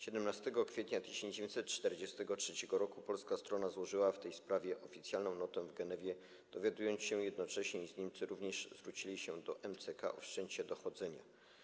17 kwietnia 1943 r. polska strona złożyła w tej sprawie oficjalną notę w Genewie, dowiadując się jednocześnie, iż Niemcy również zwrócili się do MCK o wszczęcie dochodzenia.